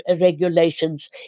regulations